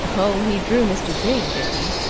oh, he drew mr. byng, did he?